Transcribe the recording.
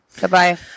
goodbye